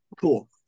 Cool